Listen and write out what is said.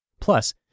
Plus